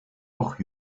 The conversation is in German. auch